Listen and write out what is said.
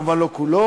מובן שלא כולו,